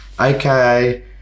aka